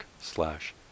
slash